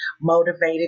motivated